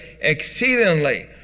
exceedingly